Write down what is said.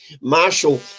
Marshall